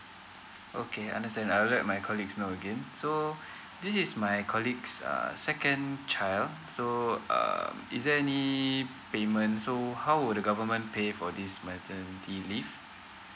okay understand I will let my colleagues know again so this is my colleague's err second child so uh is there any payment so how would the government pay for this maternity leave